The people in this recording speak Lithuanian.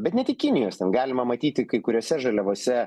bet ne tik kinijos ten galima matyti kai kuriose žaliavose